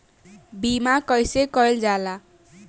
बीमा कइसे कइल जाला?